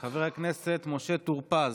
חבר הכנסת משה טור פז,